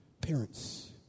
parents